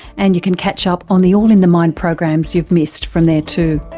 and you can catch up on the all in the mind programs you've missed from there too.